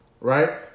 right